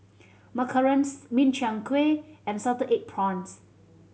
macarons Min Chiang Kueh and salted egg prawns